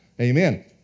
Amen